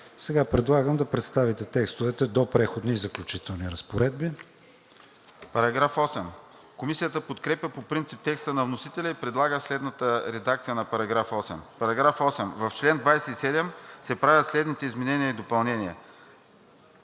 Сега предлагам да представите текстовете до „Преходни и заключителни разпоредби“. ДОКЛАДЧИК ГЕОРГИ ГЬОКОВ: Комисията подкрепя по принцип текста на вносителя и предлага следната редакция на § 8: „§ 8. В чл. 27 се правят следните изменения и допълнения: